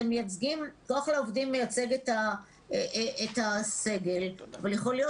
כוח לעובדים מייצג את הסגל אבל יכול להיות